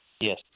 yes